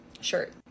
shirt